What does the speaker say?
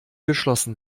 geschlossen